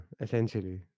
essentially